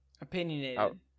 Opinionated